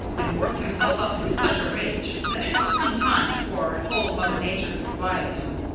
and worked himself up into such a rage that it was some time before old mother nature could quiet him.